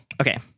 Okay